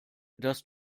dass